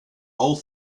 all